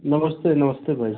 नमस्ते नमस्ते भाई